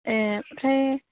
ए ओमफ्राय